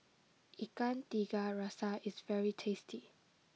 Ikan Tiga Rasa is very tasty